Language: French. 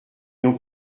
n’ont